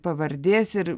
pavardės ir